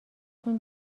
تون